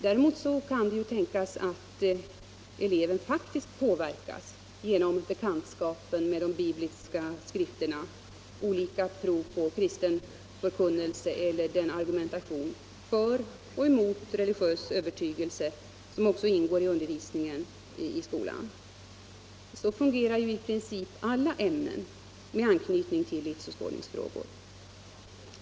Däremot kan det ju tänkas att eleven faktiskt påverkas genom bekantskapen med de bibliska skrifterna, olika prov på kristen förkunnelse eller den argumentation för och emot religiös övertygelse som också ingår i undervisningen i skolan. Så fungerar ju i princip undervisningen i alla ämnen med anknytning till livsåskådningsfrågor.